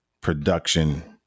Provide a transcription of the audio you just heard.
production